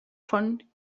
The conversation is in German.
von